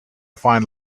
find